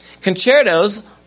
Concertos